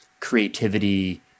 creativity